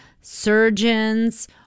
surgeons